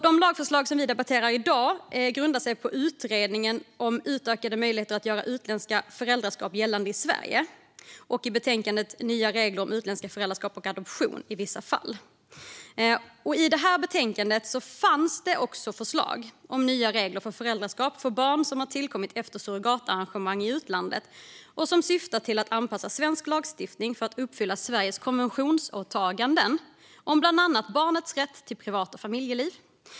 De lagförslag som vi debatterar i dag grundar sig på Utredningen om utökade möjligheter att göra utländska föräldraskap gällande i Sverige i betänkandet Nya regler om utländska föräldraskap och adoption i vissa fall . I betänkandet finns även förslag om nya regler för föräldraskap när det gäller barn som har tillkommit efter surrogatarrangemang i utlandet. Förslagen syftar till att anpassa svensk lagstiftning för att uppfylla Sveriges konventionsåtaganden om bland annat barnets rätt till privat och familjeliv.